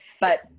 but-